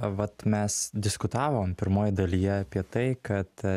vat mes diskutavom pirmoj dalyje apie tai kad